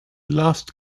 last